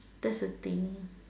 that's the thing